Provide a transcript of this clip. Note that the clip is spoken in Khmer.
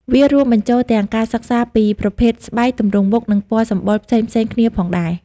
វារួមបញ្ចូលទាំងការសិក្សាពីប្រភេទស្បែក ទម្រង់មុខ និងពណ៌សម្បុរផ្សេងៗគ្នាផងដែរ។